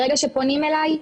ברגע שפונים אלי,